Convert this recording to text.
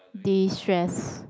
destress